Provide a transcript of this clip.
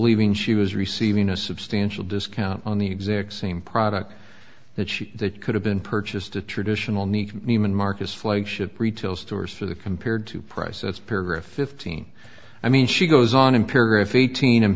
believing she was receiving a substantial discount on the exact same product that she could have been purchased a traditional nique even marcus flagship retail stores for the compared to prices paragraph fifteen i mean she goes on and paragraph eighteen